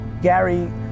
Gary